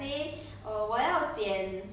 so I think I still continue to go there